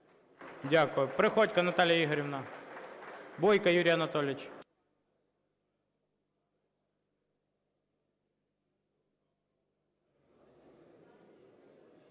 Дякую. Приходько Наталія Ігорівна. Бойко Юрій Анатолійович.